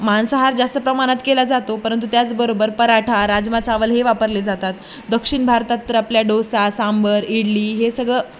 मांसाहार जास्त प्रमाणात केला जातो परंतु त्याचबरोबर पराठा राजमा चावल हे वापरले जातात दक्षिण भारतात तर आपल्या डोसा सांबर इडली हे सगळं